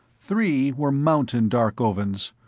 three were mountain darkovans,